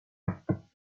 ethanol